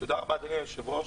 תודה רבה אדוני היו"ר,